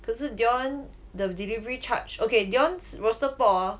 可是 dion the delivery charge okay dion's roasted pork hor